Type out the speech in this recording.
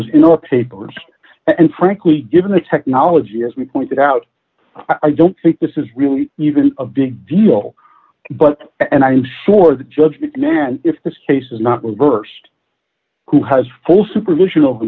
was in our papers and frankly given the technology as we pointed out i don't think this is really even a big deal but and i'm sure the judge mcmahon if this case is not reversed who has full supervision over